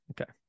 okay